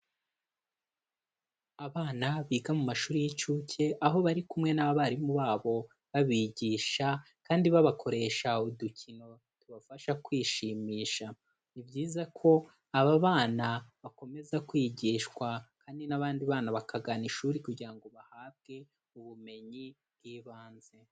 Abana biga mu mashuri y'incuke, aho bari kumwe n'abarimu babo babigisha kandi babakoresha udukino tubafasha kwishimisha. Ni byiza ko aba bana bakomeza kwigishwa kandi n'abandi bana bakagana ishuri kugira ngo bahabwe ubumenyi bw'ibanze.